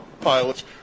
pilots